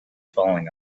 falling